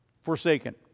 forsaken